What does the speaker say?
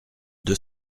deux